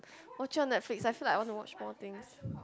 watch your Netflix I feel like I want to watch more things